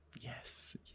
Yes